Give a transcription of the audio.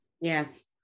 Yes